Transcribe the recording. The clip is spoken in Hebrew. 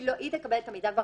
היא תקבל את המידע כבר